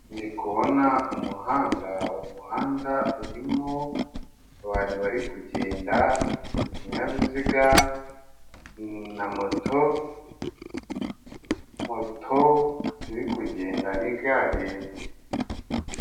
Ndikubona umuhanda. Umuhanda urimo abantu bari kugenda ibinyabiziga na moto. Moto ziri kugenda n'igare.